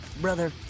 brother